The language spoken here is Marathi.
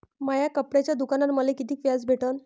माया कपड्याच्या दुकानावर मले कितीक व्याज भेटन?